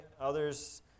Others